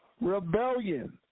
rebellion